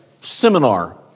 seminar